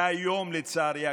והיום, לצערי הגדול,